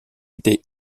été